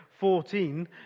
14